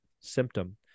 symptom